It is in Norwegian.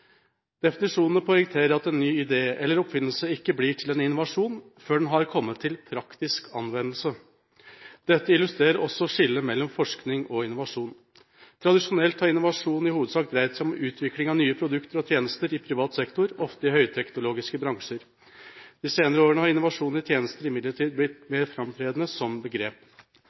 oppfinnelse ikke blir til en innovasjon før den har kommet til praktisk anvendelse. Dette illustrerer også skillet mellom forskning og innovasjon. Tradisjonelt har innovasjon i hovedsak dreid seg om utvikling av nye produkter og tjenester i privat sektor, ofte i høyteknologiske bransjer. De senere årene har innovasjon i tjenester imidlertid blitt mer framtredende som begrep.